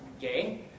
gay